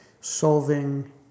solving